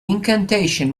incantation